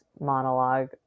monologue